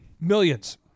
Millions